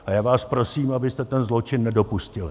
A já vás prosím, abyste ten zločin nedopustili.